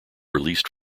released